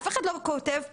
אף אחד לא כותב פה: